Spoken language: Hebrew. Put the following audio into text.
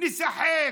נשחק,